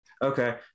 Okay